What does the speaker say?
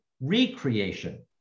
recreation